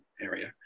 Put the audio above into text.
area